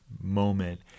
moment